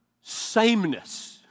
sameness